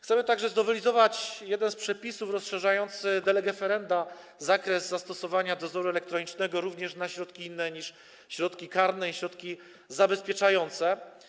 Chcemy także znowelizować jeden z przepisów, rozszerzając de lege ferenda zakres zastosowania dozoru elektronicznego również na środki inne niż środki karne i środki zabezpieczające.